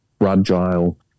fragile